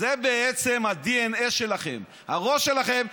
זה בעצם הדנ"א שלכם, הראש שלכם.